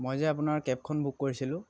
মই যে আপোনাৰ কেবখন বুক কৰিছিলোঁ